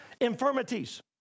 Infirmities